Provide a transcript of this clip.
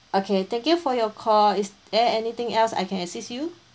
okay thank you for your call is there anything else I can assist you